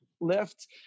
lift